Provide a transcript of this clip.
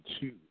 two